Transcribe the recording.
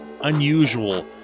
unusual